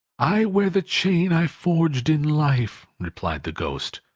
i wear the chain i forged in life, replied the ghost.